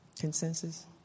Consensus